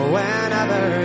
Whenever